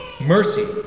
Mercy